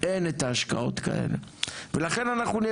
אין את ההשקעות האלה ולכן אנחנו נהיה